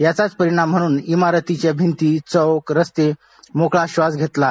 याचाच परिणाम म्हणून इमारतीच्या भिंती चौक रस्त्यांनी मोकळा श्वास घेतला आहे